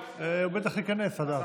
הוא בטח ייכנס עד אז.